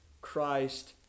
Christ